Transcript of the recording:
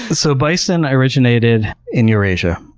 so bison originated in eurasia,